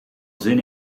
zin